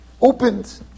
opened